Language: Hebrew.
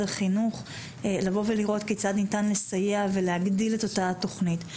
החינוך והיא לבוא ולראות כיצד ניתן לסייע ולהגדיל את אותה התוכנית.